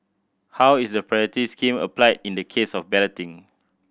how is the priority scheme applied in the case of balloting